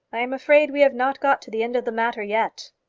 i am afraid we have not got to the end of the matter yet.